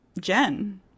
Jen